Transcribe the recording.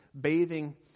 bathing